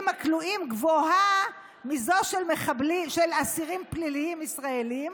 הכלואים גבוהה מזו של אסירים פליליים ישראלים